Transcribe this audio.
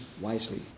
wisely